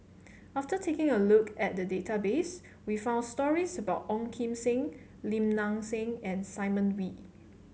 after taking a look at the database we found stories about Ong Kim Seng Lim Nang Seng and Simon Wee